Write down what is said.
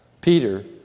Peter